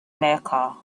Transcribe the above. mecca